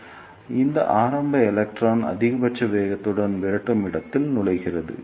எனவே இந்த ஆரம்ப எலக்ட்ரான் அதிகபட்ச வேகத்துடன் விரட்டும் இடத்தில் நுழைகிறது